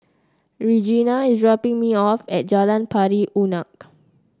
Regina is dropping me off at Jalan Pari Unak